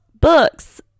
Books